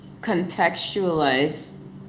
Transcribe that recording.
contextualize